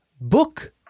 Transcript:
book